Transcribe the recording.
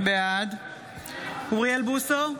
בעד אוריאל בוסו,